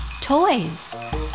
Toys